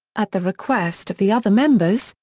at the request of the other members,